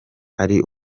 ari